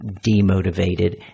demotivated